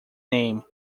name